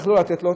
איך לא לתת לו,